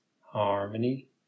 harmony